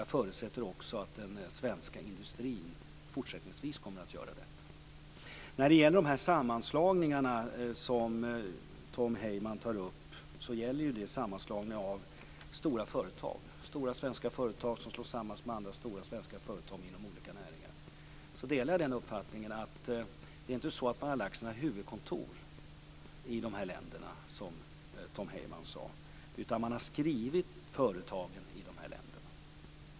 Jag förutsätter att den svenska industrin även fortsättningsvis kommer att göra detta. De sammanslagningar som Tom Heyman tar upp gäller stora svenska företag, som slår sig samman med andra stora svenska företag inom olika näringar. Jag delar uppfattningen att man inte har lagt sina huvudkontor i de olika länderna, som Tom Heyman sade, utan man har skrivit företagen där.